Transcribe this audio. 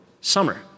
Summer